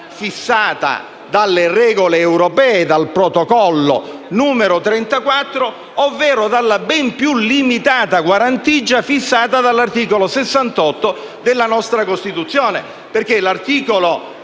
fissata dalle regole europee, cioè dal protocollo n. 34, ovvero dalla ben più limitata guarentigia fissata dell'articolo 68 della nostra Costituzione.